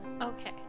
Okay